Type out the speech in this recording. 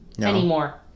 anymore